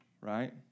right